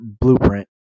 blueprint